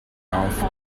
auf